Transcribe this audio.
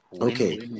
Okay